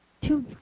two